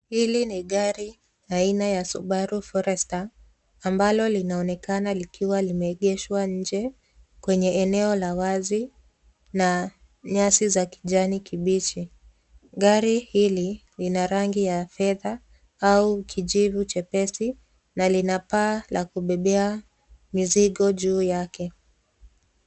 Hili ni gari aina ya Subaru Forester ambalo linaonekana likiwa limeegeshwa nje kwenye eneo la wazi na nyasi za kijani kibichi. Gari hili lina rangi ya fedha au kijivu chepesi na lina paa la kubebea mizigo juu yake.